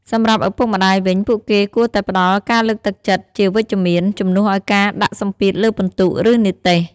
សម្រាប់ឪពុកម្ដាយវិញ ពួកគេគួរតែផ្តល់ការលើកទឹកចិត្តជាវិជ្ជមាន ជំនួសឱ្យការដាក់សម្ពាធលើពិន្ទុ ឬនិទ្ទេស។